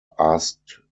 asked